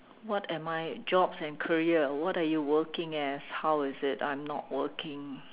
what am I jobs and career what are you working as how is it I'm not working